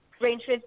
Range